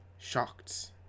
shocked